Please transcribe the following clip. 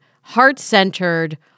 heart-centered